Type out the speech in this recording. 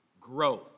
growth